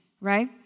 right